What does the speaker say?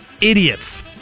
Idiots